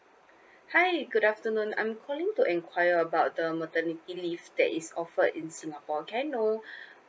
hi good afternoon I'm calling to inquire about the maternity leave that is offered in singapore can I know